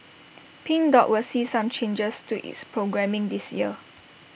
pink dot will see some changes to its programming this year